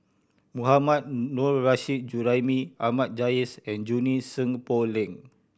Mohammad Nurrasyid Juraimi Ahmad Jais and Junie Sng Poh Leng